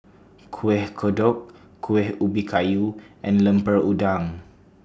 Kuih Kodok Kueh Ubi Kayu and Lemper Udang